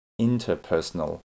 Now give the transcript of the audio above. interpersonal